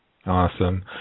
Awesome